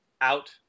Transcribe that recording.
Out